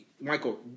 Michael